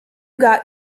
got